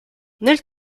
nel